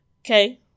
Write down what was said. Okay